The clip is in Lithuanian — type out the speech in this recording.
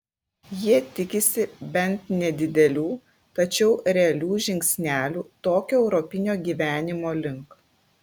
jie tikisi bent nedidelių tačiau realių žingsnelių tokio europinio gyvenimo link